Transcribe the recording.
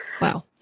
Wow